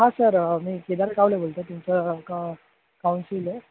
हा सर मी केदार कावले बोलतो आहे तुमचं का काउन्सिल आहे